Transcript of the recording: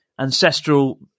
Ancestral